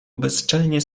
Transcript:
bezczelnie